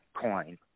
coin